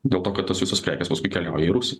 dėl to kad visos tos prekės paskui keliauja į rusiją